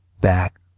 back